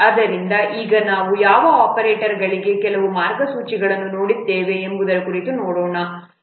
ಆದ್ದರಿಂದ ಈಗ ನಾವು ಯಾವ ಆಪರೇಟರ್ಗಳಿಗೆ ಕೆಲವು ಮಾರ್ಗಸೂಚಿಗಳನ್ನು ನೋಡಿದ್ದೇವೆ ಎಂಬುದರ ಕುರಿತು ನೋಡೋಣ